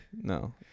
no